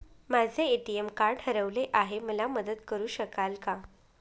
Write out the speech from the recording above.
माझे ATM card हरवले आहे, मला मदत करु शकाल का?